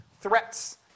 threats